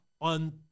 on